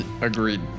agreed